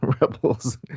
rebels